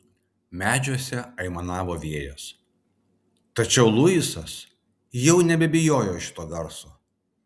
medžiuose aimanavo vėjas tačiau luisas jau nebebijojo šito garso